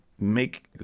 Make